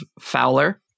Fowler